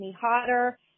hotter